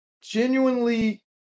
genuinely